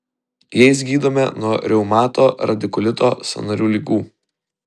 jais gydome nuo reumato radikulito sąnarių ligų